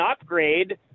upgrade